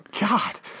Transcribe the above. God